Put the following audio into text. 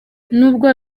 nubwo